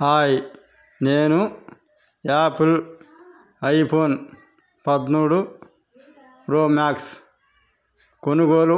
hi నేను Apple iPhone పదమూడు Pro Max కొనుగోలు